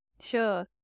Sure